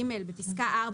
(ג)בפסקה (4),